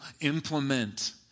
implement